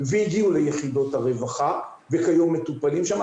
והגיעו ליחידות הרווחה וכיום מטופלים שם.